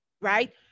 right